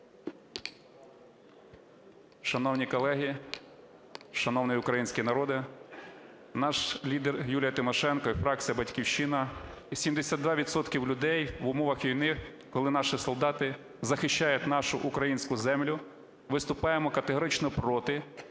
Шановні колеги, шановний український народе! Наш лідер Юлія Тимошенко і фракція "Батьківщина", і 72 відсотки людей в умовах війни, коли наші солдати захищають нашу українську землю, виступаємо категорично проти